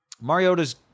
Mariota's